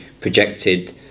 projected